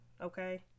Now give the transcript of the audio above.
Okay